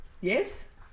yes